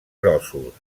grossos